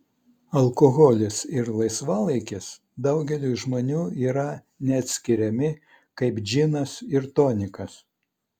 alkoholis ir laisvalaikis daugeliui žmonių yra neatskiriami kaip džinas ir tonikas